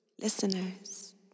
listeners